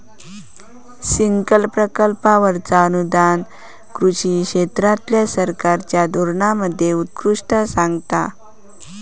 सिंचन प्रकल्पांवरचा अनुदान कृषी क्षेत्रातल्या सरकारच्या धोरणांमध्ये उत्कृष्टता सांगता